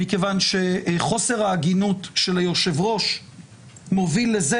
מכיוון שחוסר ההגינות של היושב-ראש מוביל לזה